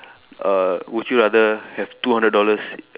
err would you rather have two hundred dollars